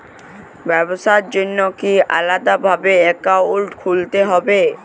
ব্যাবসার জন্য কি আলাদা ভাবে অ্যাকাউন্ট খুলতে হবে?